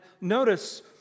notice